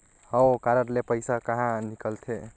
हव कारड ले पइसा कहा निकलथे?